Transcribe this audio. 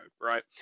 right